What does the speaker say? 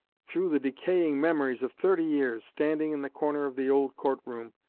through the decaying memories of thirty years, standing in the corner of the old court-room,